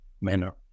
manner